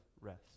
rest